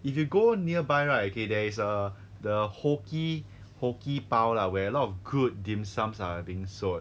if you go nearby right okay there is err the ho kee ho kee 包 lah where a lot of good dim sums are being sold